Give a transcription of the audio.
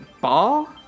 ball